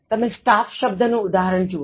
તમે staff શબ્દનું ઉદાહરણ જુઓ